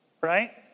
Right